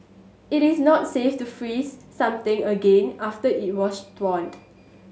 it is not safe to freeze something again after it was thawed